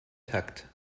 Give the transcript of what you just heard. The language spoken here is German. takt